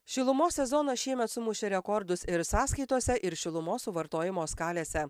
šilumos sezonas šiemet sumušė rekordus ir sąskaitose ir šilumos suvartojimo skalėse